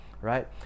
right